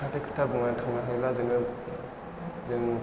खोथा थाय खोथा बुङो थांना हायोब्ला जोङो जों